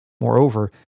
Moreover